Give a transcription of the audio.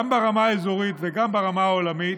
גם ברמה האזורית וגם ברמה העולמית,